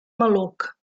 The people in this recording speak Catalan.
maluc